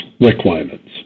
requirements